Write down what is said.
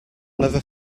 never